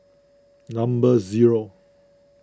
number zero